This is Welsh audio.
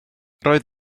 roedd